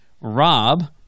rob